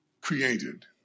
created